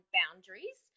boundaries